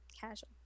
casual